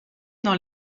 dans